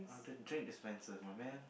the drink dispensers my man